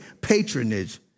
patronage